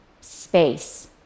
space